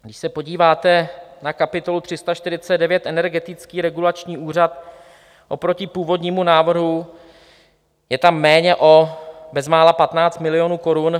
Když se podíváte na kapitolu 349 Energetický regulační úřad, oproti původnímu návrhu je tam méně o bezmála 15 milionů korun.